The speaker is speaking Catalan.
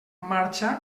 marxa